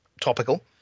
topical